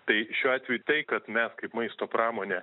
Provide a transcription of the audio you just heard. tai šiuo atveju tai kad mes kaip maisto pramonė